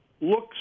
looks